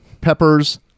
Peppers